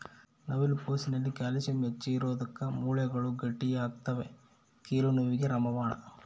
ನವಿಲು ಕೋಸಿನಲ್ಲಿ ಕ್ಯಾಲ್ಸಿಯಂ ಹೆಚ್ಚಿಗಿರೋದುಕ್ಕ ಮೂಳೆಗಳು ಗಟ್ಟಿಯಾಗ್ತವೆ ಕೀಲು ನೋವಿಗೆ ರಾಮಬಾಣ